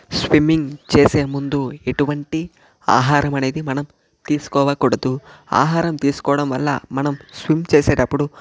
swimming చేసే ముందు ఎటువంటి ఆహారం అనేది మనం తీసుకోవకూడదు ఆహారం తీసుకోవడం వల్ల మనం స్విమ్ చేసేటప్పుడు